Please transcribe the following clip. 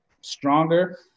stronger